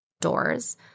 doors